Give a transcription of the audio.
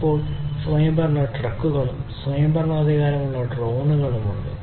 ഇപ്പോൾ സ്വയംഭരണ ട്രക്കുകളും സ്വയംഭരണാധികാരമുള്ള ഡ്രോണുകളും ഉണ്ട്